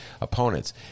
opponents